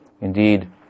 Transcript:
Indeed